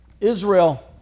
Israel